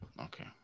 okay